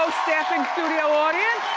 studio audience.